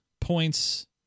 points